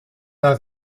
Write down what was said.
der